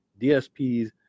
DSPs